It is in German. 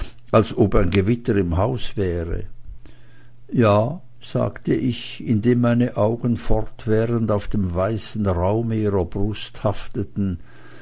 als ob ein gewitter im hause wäre ja sagte ich indem meine augen fortwährend auf dem weißen raume ihrer brust hafteten